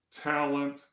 talent